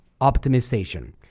Optimization